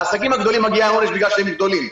לעסקים הגדולים מגיע עונש בגלל שהם גדולים: